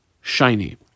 shiny